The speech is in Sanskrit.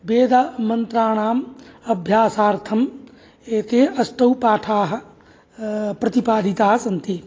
वेदमन्त्राणाम् अभ्यासार्थम् एते अष्टौ पाठाः प्रतिपादिताः सन्ति